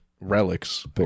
relics